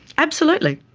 absolutely.